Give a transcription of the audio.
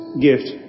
gift